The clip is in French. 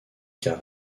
cas